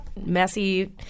messy